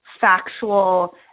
factual